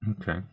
okay